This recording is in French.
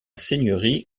seigneurie